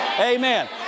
Amen